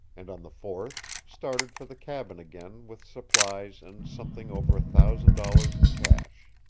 and on the fourth started for the cabin again with supplies and something over a thousand dollars in cash.